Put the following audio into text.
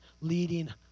leading